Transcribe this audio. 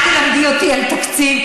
אל תלמדי אותי על תקציב,